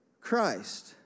Christ